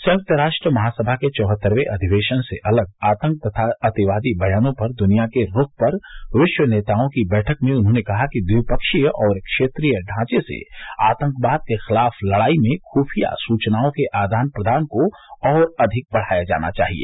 संयुक्त राष्ट्र महासभा के चौहत्तर्वे अधिवेशन से अलग आतंक तथा अतिवादी बयानों पर दुनिया के रूख पर विश्व नेताओं की बैठक में उन्होंने कहा कि ट्विपक्षीय और क्षेत्रीय ढांचे से आतंकवाद के खिलाफ लड़ाई में खुफिया सूचनाओं के आदान प्रदान को और अधिक बढ़ाया जाना चाहिए